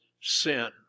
sin